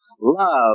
Love